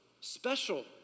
special